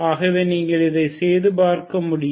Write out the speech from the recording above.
ஆகவே நீங்கள் இதை செய்து பார்க்க முடியும்